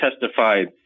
testified